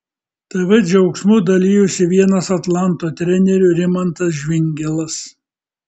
tv džiaugsmu dalijosi vienas atlanto trenerių rimantas žvingilas